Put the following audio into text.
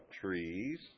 trees